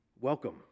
Welcome